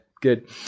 Good